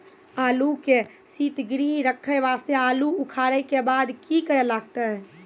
आलू के सीतगृह मे रखे वास्ते आलू उखारे के बाद की करे लगतै?